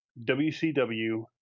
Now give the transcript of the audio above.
WCW